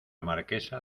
marquesa